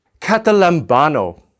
catalambano